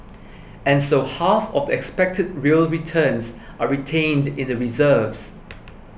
and so half of the expected real returns are retained in the reserves